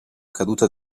caduta